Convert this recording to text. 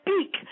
speak